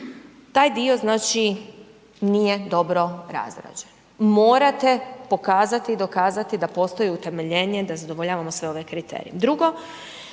Taj dio znači nije dobro razrađen. Morate pokazati i dokazati da postoji utemeljenje da zadovoljavamo sve ove kriterije.